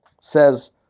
says